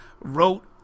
wrote